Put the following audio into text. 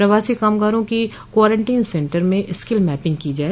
प्रवासी कामगारों की क्वारंटीन सेण्टर में स्किल मैपिंग की जाए